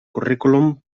currículum